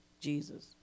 Jesus